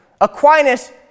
Aquinas